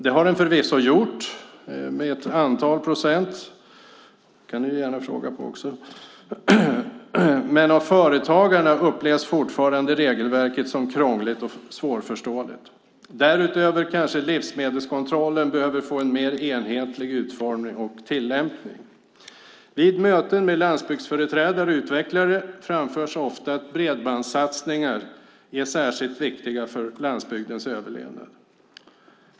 Det har den förvisso gjort med ett antal procent, men av företagarna upplevs fortfarande regelverket som krångligt och svårförståeligt. Därutöver kanske livsmedelskontrollen behöver få en mer enhetlig utformning och tillämpning. Vid möten med landsbygdsföreträdare och utvecklare framförs ofta att bredbandssatsningar är särskilt viktiga för landsbygdens överlevnad.